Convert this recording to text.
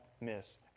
miss